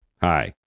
Hi